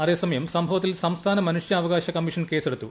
അതേസമയം സംഭവത്തിൽ സംസ്ഥാന മനുഷ്യാവകാശ കമ്മീഷൻ കേസെടുത്തു